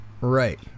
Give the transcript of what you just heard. right